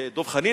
דב חנין,